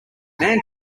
man